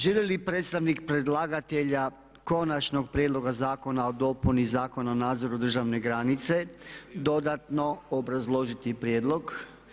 Želi li predstavnik predlagatelja Konačnog prijedloga zakona o dopuni Zakona o nadzoru državne granice dodatno obrazložiti prijedlog?